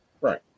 Right